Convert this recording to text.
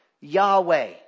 Yahweh